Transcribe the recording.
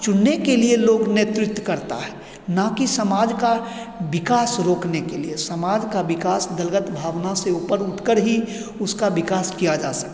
चुनने के लिए लोग नेतृत्व करता है ना कि समाज का विकास रोकने के लिए समाज का विकास दलगत भावना से ऊपर उठकर ही उसका विकास किया जा सकता है